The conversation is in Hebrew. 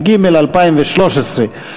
התשע"ג 2013,